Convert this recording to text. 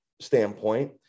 standpoint